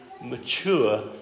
mature